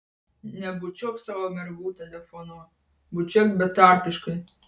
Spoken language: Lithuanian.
nebučiuok savo mergų telefonu bučiuok betarpiškai